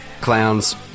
clowns